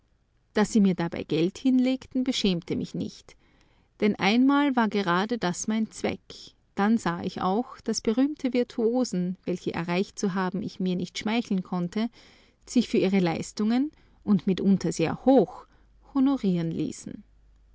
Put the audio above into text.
daß sie mir dabei geld hinlegten beschämte mich nicht denn einmal war gerade das mein zweck dann sah ich auch daß berühmte virtuosen welche erreicht zu haben ich mir nicht schmeicheln konnte sich für ihre leistungen und mitunter sehr hoch honorieren ließen